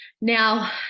Now